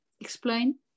Explain